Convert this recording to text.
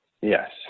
Yes